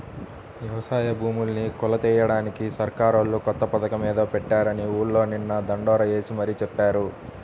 యవసాయ భూముల్ని కొలతలెయ్యడానికి సర్కారోళ్ళు కొత్త పథకమేదో పెట్టారని ఊర్లో నిన్న దండోరా యేసి మరీ చెప్పారు